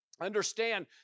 understand